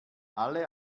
alle